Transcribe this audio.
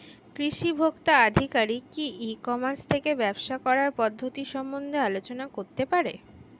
কৃষি ভোক্তা আধিকারিক কি ই কর্মাস থেকে ব্যবসা করার পদ্ধতি সম্বন্ধে আলোচনা করতে পারে?